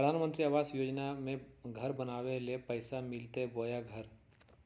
प्रधानमंत्री आवास योजना में घर बनावे ले पैसा मिलते बोया घर?